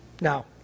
Now